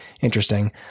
interesting